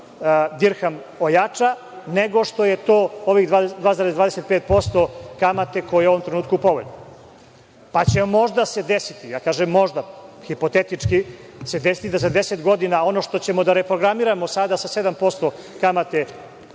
dirham ojača, nego što je to ovih 2,25% kamate koja je u ovom trenutku povoljna. Pa, će možda se desiti, ja kažem možda, hipotetički će se desiti da za deset godina ono što ćemo da reprogramiramo sada sa 7% kamate,